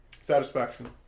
Satisfaction